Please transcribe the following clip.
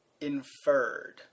inferred